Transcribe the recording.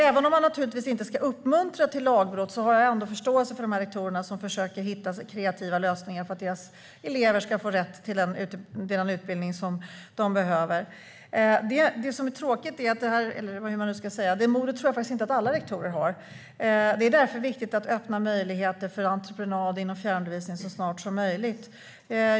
Även om man naturligtvis inte ska uppmuntra till lagbrott har jag förståelse för de rektorer som försöker hitta kreativa lösningar för att deras elever ska få rätt till den utbildning de behöver. Det som är tråkigt, eller hur man nu ska säga, är att det modet nog inte finns hos alla rektorer. Det är därför viktigt att öppna möjligheter för entreprenad inom fjärrundervisningen så snart som möjligt.